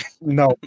No